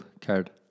card